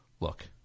Look